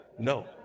No